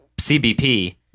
CBP